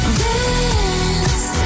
dance